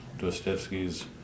Dostoevsky's